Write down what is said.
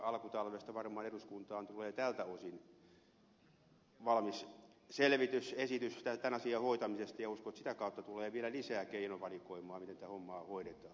alkutalvesta varmaan eduskuntaan tulee tältä osin valmis selvitysesitys tämän asian hoitamisesta ja uskon että sitä kautta tulee vielä lisää keinovalikoimaa miten tätä hommaa hoidetaan